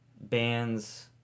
Bands